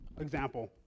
example